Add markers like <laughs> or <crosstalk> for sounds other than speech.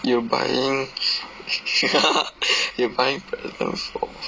you buying <laughs> you buying present for